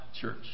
church